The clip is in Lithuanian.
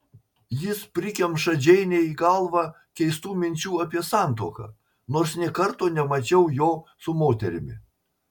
jis prikemša džeinei galvą keistų minčių apie santuoką nors nė karto nemačiau jo su moterimi